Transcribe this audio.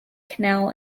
canal